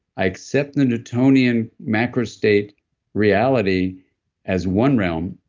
i accept the newtonian macro state reality as one realm,